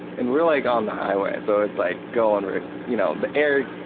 and we're like on the highway, so it's like going right f you know, the air like